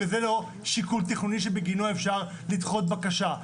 וזה לא שיקול תכנוני שבגינו אפשר לשקול בקשה.